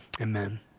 amen